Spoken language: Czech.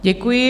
Děkuji.